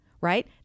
Right